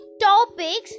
topics